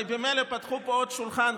הרי ממילא פתחו פה עוד שולחן.